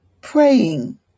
praying